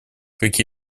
как